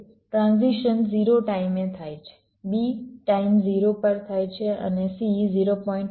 A transition 0 ટાઈમે થાય છે b ટાઈમ 0 પર થાય છે અને c 0